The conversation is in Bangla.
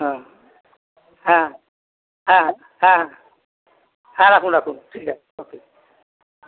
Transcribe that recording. হ্যাঁ হ্যাঁ হ্যাঁ হ্যাঁ হ্যাঁ রাখুন রাখুন ঠিক আছে ওকে